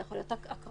זה יכול להיות הקראות,